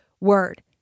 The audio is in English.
word